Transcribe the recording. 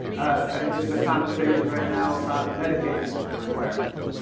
i mean, there's a conversation right now about medicaid work requirements.